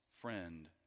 friend